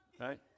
Right